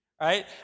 right